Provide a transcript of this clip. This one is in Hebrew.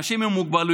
אנשים עם מוגבלויות,